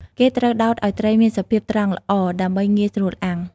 គេត្រូវដោតឲ្យត្រីមានសភាពត្រង់ល្អ ដើម្បីងាយស្រួលអាំង។